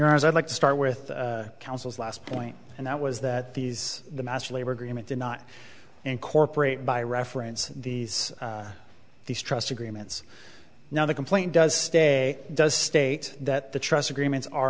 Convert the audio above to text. i'd like to start with counsel's last point and that was that these the mass labor agreement did not incorporate by reference these these trust agreements now the complaint does stay does state that the trust agreements are